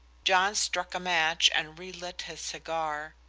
john struck a match and relit his cigar.